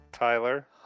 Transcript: Tyler